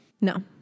No